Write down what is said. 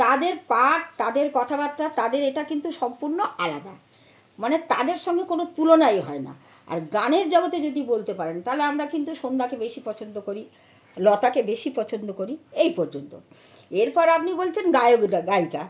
তাদের পার্ট তাদের কথাবার্তা তাদের এটা কিন্তু সম্পূর্ণ আলাদা মানে তাদের সঙ্গে কোনও তুলনাই হয় না আর গানের জগতে যদি বলতে পারেন তাহলে আমরা কিন্তু সন্ধ্যাকে বেশি পছন্দ করি লতাকে বেশি পছন্দ করি এই পর্যন্ত এরপর আপনি বলছেন গায়ক গায়িকা